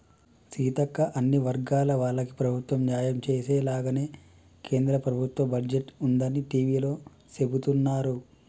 సీతక్క అన్ని వర్గాల వాళ్లకి ప్రభుత్వం న్యాయం చేసేలాగానే కేంద్ర ప్రభుత్వ బడ్జెట్ ఉందని టివీలో సెబుతున్నారు